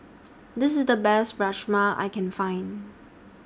This IS The Best Rajma I Can Find